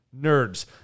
NERDS